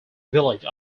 village